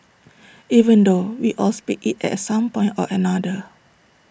even though we all speak IT at some point or another